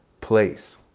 place